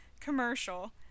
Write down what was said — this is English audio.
commercial